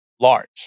large